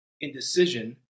indecision